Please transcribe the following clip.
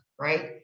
right